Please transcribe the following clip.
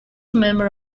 member